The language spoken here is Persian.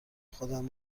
خودم